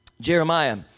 Jeremiah